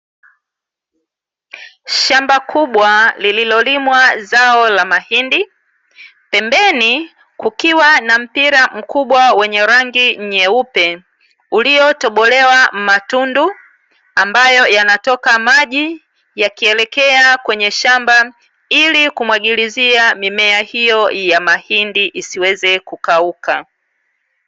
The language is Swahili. Shamba kubwa lililolimwa zao la mahindi, pembeni kukiwa na mpira mkubwa wenye rangi nyeupe uliotobolewa matundu, ambayo yanatoka maji yakielekea kwenye shamba ili kumwagilizia mimea hiyo ya mahindi isiweze kukauka.